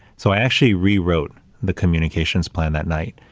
so, i actually rewrote the communications plan that night,